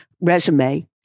resume